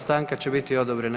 Stanka će biti odobrena.